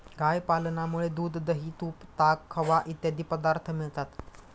गाय पालनामुळे दूध, दही, तूप, ताक, खवा इत्यादी पदार्थ मिळतात